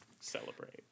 celebrate